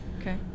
Okay